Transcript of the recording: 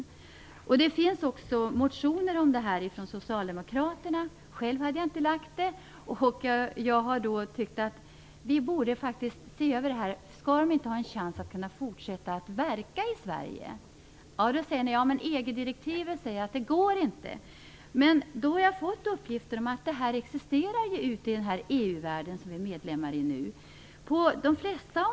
Också Socialdemokraterna har väckt motioner i frågan, vilket jag själv inte har gjort. Jag tycker att vi faktiskt borde se över frågan, så att juridiska personer skall ha en chans att fortsätta verka i Sverige. Men då sägs det att EG-direktivet säger att det inte går. Jag har emellertid fått uppgifter om att detta existerar i EU som vi nu är medlemmar i.